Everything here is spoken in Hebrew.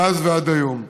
מאז ועד היום.